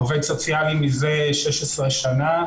עובד סוציאלי מזה 16 שנה.